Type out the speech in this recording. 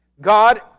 God